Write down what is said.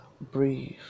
Breathe